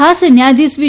ખાસ ન્યાયાધીશ વી